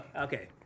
Okay